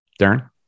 Darren